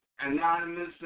Anonymous